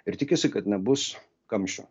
ir tikisi kad nebus kamščių